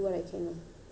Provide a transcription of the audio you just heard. nice boy